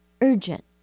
urgent